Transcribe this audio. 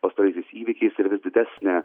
pastaraisiais įvykiais ir vis didesne